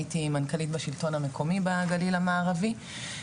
הייתי מנכ"לית בשלטון המקומי בגליל המערבי,